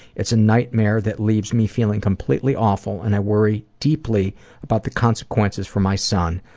it's a nightmare that leaves me feeling completely awful and i worry deeply about the consequences for my son.